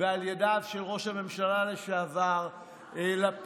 ועל ידיו של ראש הממשלה לשעבר לפיד,